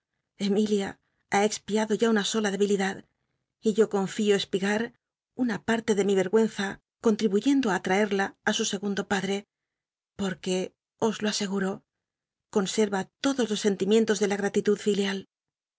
emitía ha expiado ya una sola debilidad y yo confio cxpigar una parle de mi ycrgi icnza contl'ibuyendo í almerla í su segundo padee porque os lo aseguro conserva lodos los sentimientos de la gratitud filial